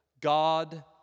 God